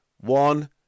One